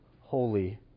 holy